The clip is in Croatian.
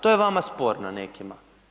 To je vama sporno nekima.